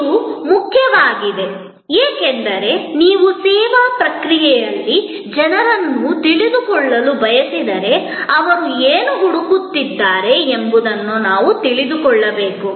ಇದು ಮುಖ್ಯವಾಗಿದೆ ಏಕೆಂದರೆ ನೀವು ಸೇವಾ ಪ್ರಕ್ರಿಯೆಯಲ್ಲಿ ಜನರನ್ನು ತಿಳಿದುಕೊಳ್ಳಲು ಬಯಸಿದರೆ ಅವರು ಏನು ಹುಡುಕುತ್ತಿದ್ದಾರೆ ಎಂಬುದನ್ನು ನಾವು ತಿಳಿದುಕೊಳ್ಳಬೇಕು